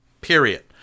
Period